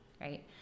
right